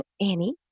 Annie